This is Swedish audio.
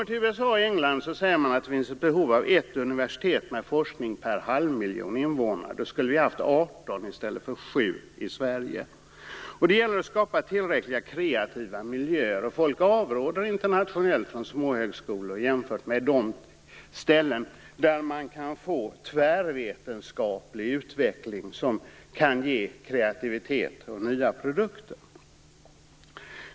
I USA och England säger man att det finns behov av ett universitet med forskning per halv miljon invånare. Då skulle Sverige ha haft 18 universitet i stället för 7. Det gäller att skapa tillräckligt kreativa miljöer. Internationellt avråder folk från småhögskolor. Man vill ha ställen där det erbjuds tvärvetenskaplig utveckling som kan ge kreativitet och nya produkter.